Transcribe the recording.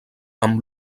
amb